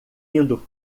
indo